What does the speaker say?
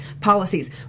policies